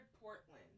portland